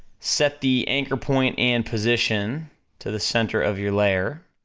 set the anchor point and position to the center of your layer,